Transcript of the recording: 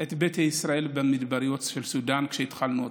את ביתא ישראל במדבריות של סודאן כשהתחלנו.